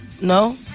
No